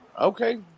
Okay